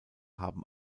haben